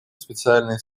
специальной